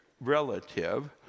relative